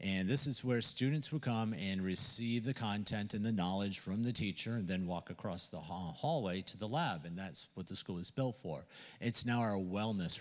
and this is where students who come in receive the content in the knowledge from the teacher and then walk across the hall hallway to the lab and that's what the school is built for and it's now a wellness